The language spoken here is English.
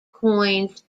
coins